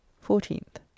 fourteenth